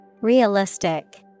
realistic